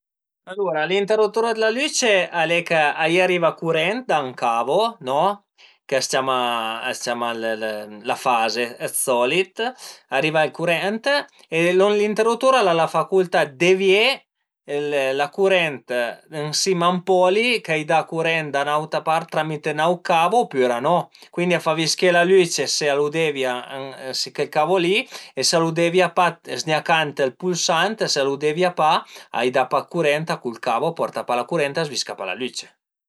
Alura l'interutur d'la lüce al e chë, a i ariva curent da ün cavo no chë a s'ciama a s'ciama la faze, d'solit ariva la curent e l'interutur al a la facultà dë devié la curent ën sima a ün poli ch'a i da curent da ün'auta part tramite ün aut cavo opüra no, cuindi a fa visché la lüce e s'a lu devia sü cuel cavo li e s'a lu devia pa zgnacand ël pulsant s'a lu devia pa a i da pa curent, cul cavo a porta pa curent e a s'visca pa la lüce